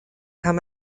kann